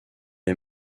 est